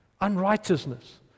unrighteousness